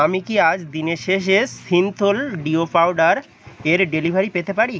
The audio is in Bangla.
আমি কি আজ দিনের শেষে সিন্থল ডিও পাউডার এর ডেলিভারি পেতে পারি